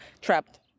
trapped